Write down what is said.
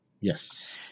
yes